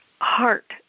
heart